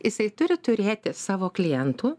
jisai turi turėti savo klientų